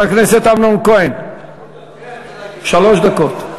שלוש דקות.